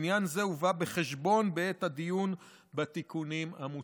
ועניין זה הובא בחשבון בעת הדיון בתיקונים המוצעים.